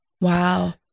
Wow